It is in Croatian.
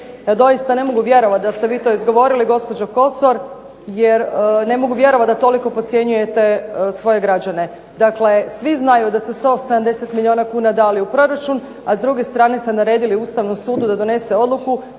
doista ne mogu vjerovati da ste vi to izgovorili gospođo Kosor, jer ne mogu vjerovati da toliko podcjenjujete svoje građane. Dakle, svi znaju da ste 170 milijuna kuna dali u proračun, a s druge strane ste naredili Ustavnom sudu da donese odluku